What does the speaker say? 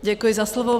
Děkuji za slovo.